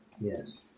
Yes